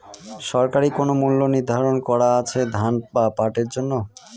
সরকারি কোন মূল্য নিধারন করা আছে ধান বা পাটের জন্য?